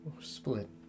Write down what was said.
split